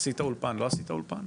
עשית אולפן לא עשית אולפן?